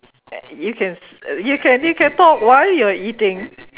you can you can you can talk while you're eating